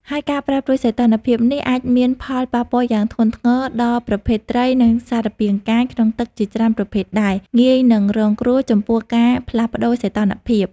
ហើយ ការប្រែប្រួលសីតុណ្ហភាពនេះអាចមានផលប៉ះពាល់យ៉ាងធ្ងន់ធ្ងរដល់ប្រភេទត្រី និងសារពាង្គកាយក្នុងទឹកជាច្រើនប្រភេទដែល ងាយនឹងរងគ្រោះ ចំពោះការផ្លាស់ប្តូរសីតុណ្ហភាព។